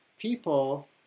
people